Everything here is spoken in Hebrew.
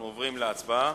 אנחנו עוברים להצבעה.